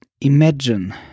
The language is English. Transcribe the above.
imagine